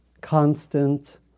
constant